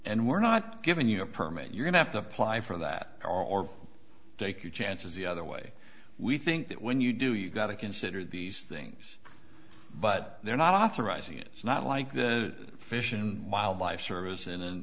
and we're not giving you a permit you have to apply for that car or take your chances the other way we think that when you do you've got to consider these things but they're not authorizing it's not like the fish and wildlife service in an